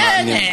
זה מעניין.